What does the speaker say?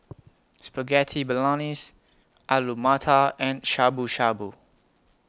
Spaghetti Bolognese Alu Matar and Shabu Shabu